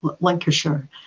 Lancashire